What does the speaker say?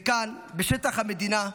וכאן, בשטח המדינה,